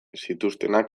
zituztenak